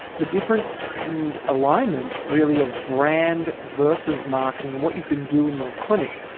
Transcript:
the difference and alignment really of brand versus marketing, what you can do in your clinic,